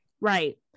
right